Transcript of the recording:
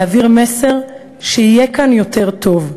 להעביר מסר שיהיה כאן יותר טוב,